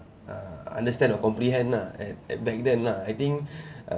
uh understand or comprehend ah at at back then lah I think uh